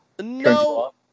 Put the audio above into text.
no